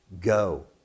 Go